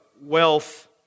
wealth